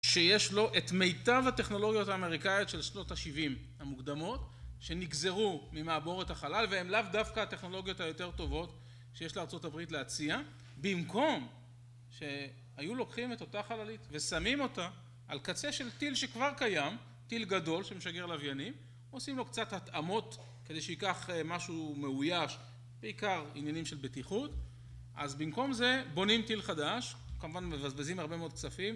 שיש לו את מיטב הטכנולוגיות האמריקאיות של שנות ה-70 המוקדמות שנגזרו ממעבורת החלל והן לאו דווקא הטכנולוגיות היותר טובות שיש לארה״ב להציע, במקום שהיו לוקחים את אותה חללית ושמים אותה על קצה של טיל שכבר קיים, טיל גדול שמשגר לווינים, עושים לו קצת התאמות כדי שייקח משהו מאויש, בעיקר עניינים של בטיחות, אז במקום זה בונים טיל חדש, כמובן מבזבזים הרבה מאוד כספים,